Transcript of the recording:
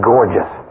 Gorgeous